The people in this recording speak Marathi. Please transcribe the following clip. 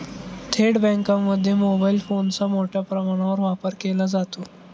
थेट बँकांमध्ये मोबाईल फोनचा मोठ्या प्रमाणावर वापर केला जातो